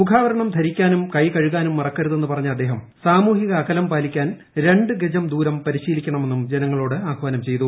മുഖാവരണം ധരിക്കാനും കൈകഴുകാനും മറക്കരുതെന്ന് പറഞ്ഞ അദ്ദേഹം സാമൂഹിക അകലം പാലിക്കാൻ രണ്ട് ഗജം ദൂരം പരിശീലിക്കണമെന്നും ജനങ്ങളോട് ആഹ്വാനം ചെയ്തു